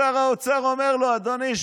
שר האוצר אומר לו: אדוני,